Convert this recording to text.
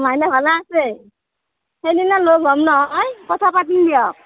মাইনা ভালে আছে সেইদিনা লগ হম নহয় কথা পাতিম দিয়ক